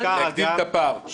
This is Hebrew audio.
להגדיל את הפער.